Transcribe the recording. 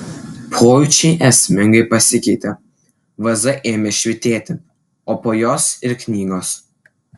pojūčiai esmingai pasikeitė vaza ėmė švytėti o po jos ir knygos